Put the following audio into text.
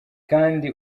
kandi